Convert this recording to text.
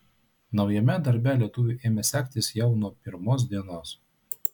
naujajame darbe lietuviui ėmė sektis jau nuo pirmos dienos